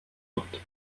not